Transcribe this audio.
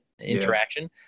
interaction